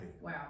Wow